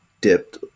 dipped